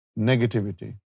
negativity